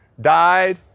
died